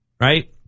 Right